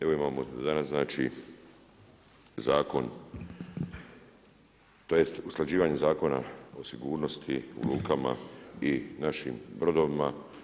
Evo imamo danas znači zakon, tj. usklađivanje Zakona o sigurnosti u lukama i našim brodovima.